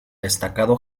destacado